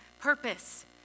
purpose